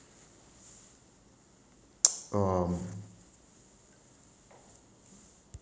um